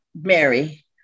Mary